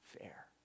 fair